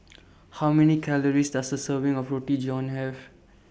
How Many Calories Does A Serving of Roti John Have